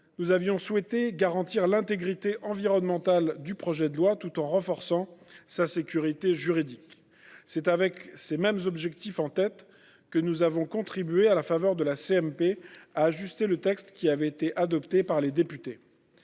nous avions souhaité garantir l’intégrité environnementale du projet de loi, tout en renforçant sa sécurité juridique. C’est avec ces mêmes objectifs en tête que nous avons contribué, à la faveur de la commission mixte paritaire, à ajuster le texte qui avait été adopté par les députés.